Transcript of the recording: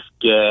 get